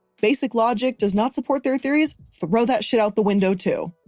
basic logic does not support their theories, throw that shit out the window too.